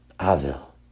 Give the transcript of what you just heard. Avil